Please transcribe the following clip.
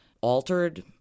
altered